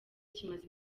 kimaze